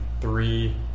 three